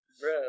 Bro